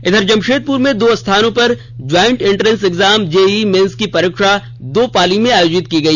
इधर जमशेदपुर में दो स्थानों पर joint entrance exam JEE mains की परीक्षा दो पाली में आयोजित की गई